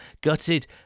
Gutted